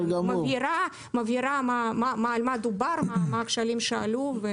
ומבהירה על מה דובר, מה הכשלים שעלו.